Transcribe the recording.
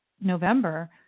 November